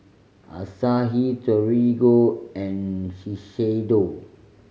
Asahi Torigo and Shiseido